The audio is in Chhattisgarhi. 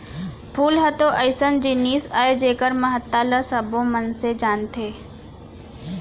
फूल ह तो अइसन जिनिस अय जेकर महत्ता ल सबो मनसे जानथें